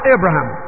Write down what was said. Abraham